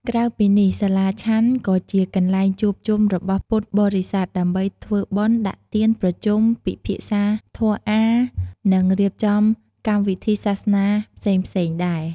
ក្រៅពីនេះ សាលាឆាន់ក៏ជា កន្លែងជួបជុំ របស់ពុទ្ធបរិស័ទ ដើម្បីធ្វើបុណ្យ ដាក់ទាន ប្រជុំ ពិភាក្សាធម៌អាថ៌ និងរៀបចំកម្មវិធីសាសនាផ្សេងៗដែរ។